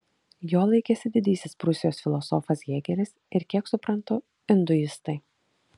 jo laikėsi didysis prūsijos filosofas hėgelis ir kiek suprantu induistai